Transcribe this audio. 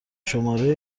شماره